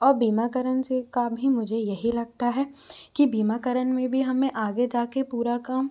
औ बीमाकरण से का भी मुझे यही लगता है कि बीमाकरण में भी हमें आगे जाके पूरा काम